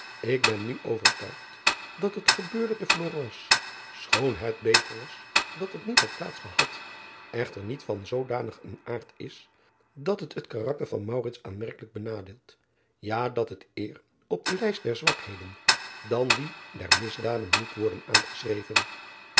k ben nu overtuigd dat het gebeurde te lorence schoon het beter was dat het niet had plaats gehad echter niet van zoodanig een aard is dat het het karakter van aanmerkelijk benadeelt ja dat het eer op de lijst der zwakheden dan die der misdaden moet worden aangeschreven